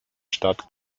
stadt